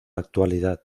actualidad